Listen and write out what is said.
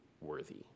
worthy